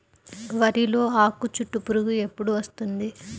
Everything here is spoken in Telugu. వరిలో ఆకుచుట్టు పురుగు ఎప్పుడు వస్తుంది?